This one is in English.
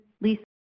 Lisa